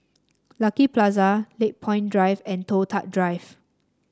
Lucky Plaza Lakepoint Drive and Toh Tuck Drive